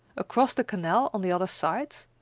across the canal on the other side,